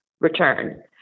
return